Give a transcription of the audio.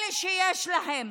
אלה שיש להם